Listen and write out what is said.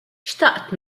xtaqt